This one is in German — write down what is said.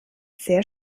sehr